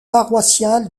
paroissial